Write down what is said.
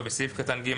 (3)בסעיף קטן (ב),